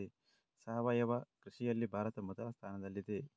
ಸಾವಯವ ಕೃಷಿಯಲ್ಲಿ ಭಾರತ ಮೊದಲ ಸ್ಥಾನದಲ್ಲಿದೆ